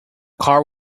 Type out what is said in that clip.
car